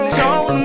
told